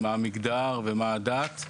מה המגדר ומה הדת,